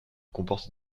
comporte